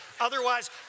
Otherwise